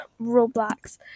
Roblox